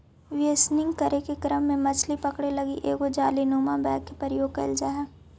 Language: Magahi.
बेसनिंग करे के क्रम में मछली पकड़े लगी एगो जालीनुमा बैग के प्रयोग कैल जा हइ